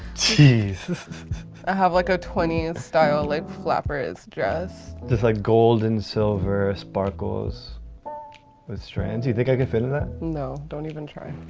cheese i have like a twentieth style and flapper is just like gold and silver sparkles with strands you think i can fit and that? no. don't even try